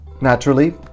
naturally